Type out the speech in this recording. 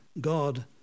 God